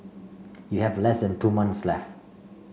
you have less than two months left